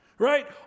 Right